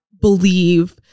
believe